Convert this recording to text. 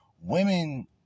Women